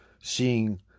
seeing